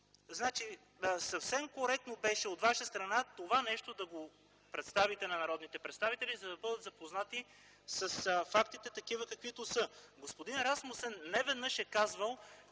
Значи, съвсем коректно беше от Ваша страна да представите това на народните представители, за да бъдат запознати с фактите, каквито са. Господин Расмусен неведнъж е казвал,